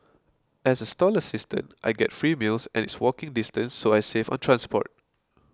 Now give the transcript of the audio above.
as a stall assistant I get free meals and it's walking distance so I save on transport